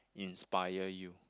inspire you